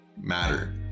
matter